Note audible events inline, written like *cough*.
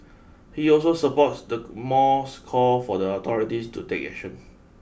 he also supports the *unintelligible* mall's call for the authorities to take action